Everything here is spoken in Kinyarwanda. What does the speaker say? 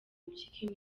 impyiko